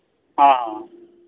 ᱦᱮᱸ